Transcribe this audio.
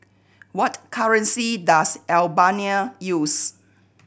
what currency does Albania use